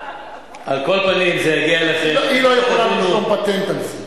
היא לא יכולה לרשום פטנט על זה.